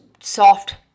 soft